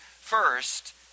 first